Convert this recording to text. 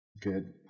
Good